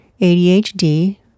ADHD